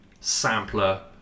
sampler